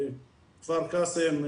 כפר קאסם,